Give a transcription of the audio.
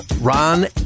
Ron